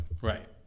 right